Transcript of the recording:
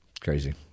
Crazy